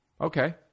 okay